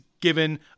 given